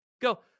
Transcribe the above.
Go